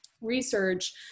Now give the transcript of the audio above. research